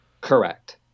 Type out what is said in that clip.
Correct